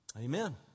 Amen